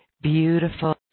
Beautiful